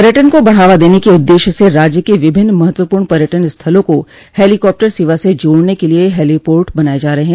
पर्यटन को बढ़ावा देने के उददेश्य से राज्य के विभिन्न महत्वपूर्ण पर्यटन स्थलों को हेलीकॉप्टर सेवा से जोड़ने के लिये हेलीपोर्ट बनाये जा रहे हैं